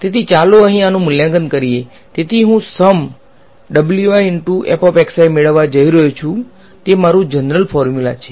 તેથી ચાલો અહીં આનું મૂલ્યાંકન કરીએ તેથી હું સમ મેળવવા જઈ રહ્યો છું તે મારું જનરલ ફોર્મુલા છે